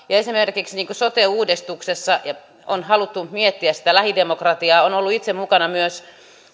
esimerkiksi sote uudistuksessa on haluttu miettiä sitä lähidemokratiaa olen itse ollut mukana myös